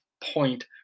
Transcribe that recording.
point